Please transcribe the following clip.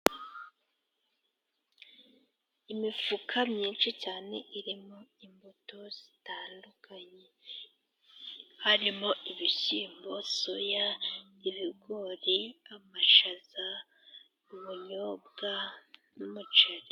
Imifuka myinshi cyane irimo imbuto zitandukanye harimo ibishyimbo, soya, ibigori ,amashaza ubunyobwa n'umuceri.